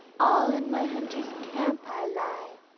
all in my hunter's camp i lie,